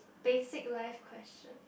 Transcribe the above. basic life question